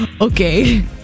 Okay